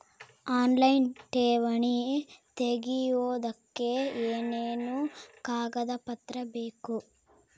Online ಠೇವಣಿ ತೆಗಿಯೋದಕ್ಕೆ ಏನೇನು ಕಾಗದಪತ್ರ ಬೇಕು?